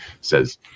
says